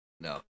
No